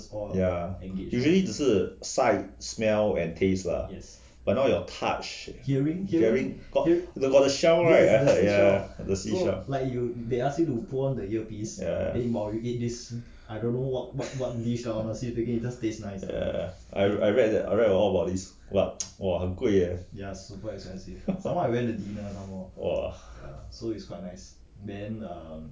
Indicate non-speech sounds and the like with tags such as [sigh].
is really 只是 sight smell and taste lah but now your touch hearing oh the lor shell right I heard ya ya the sea shell ya ya [laughs] ya ya ya I read that I read a lot about this but 很贵 eh [laughs] !whoa!